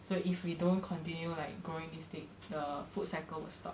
so if we don't continue like growing this state the food cycle will stop